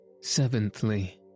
Seventhly